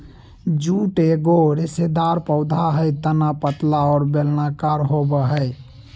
jute एगो रेशेदार पौधा हइ तना पतला और बेलनाकार होबो हइ